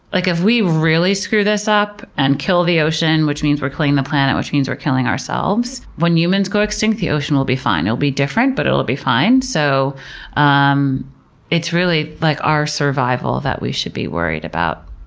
like if we really screw this up and kill the ocean, which means we're killing the planet, which means we're killing ourselves, when humans go extinct, the ocean will be fine. it will be different, but it'll be fine. so um it's really like our survival that we should be worried about.